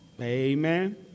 Amen